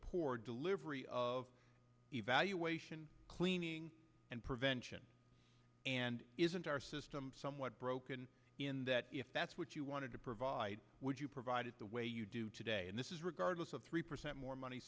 poor delivery of evaluation cleaning and prevention and isn't our system somewhat broken in that if that's what you wanted to provide would you provided the way you do today and this is regardless of three percent more money